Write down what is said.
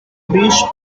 beach